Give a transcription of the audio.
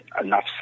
enough